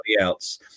else